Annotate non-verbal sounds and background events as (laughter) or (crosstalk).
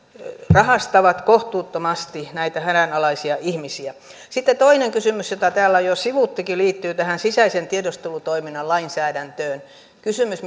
rahastavat kohtuuttomasti näitä hädänalaisia ihmisiä sitten toinen kysymys jota täällä on jo sivuttukin liittyy tähän sisäisen tiedustelutoiminnan lainsäädäntöön kysymys (unintelligible)